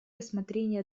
рассмотрение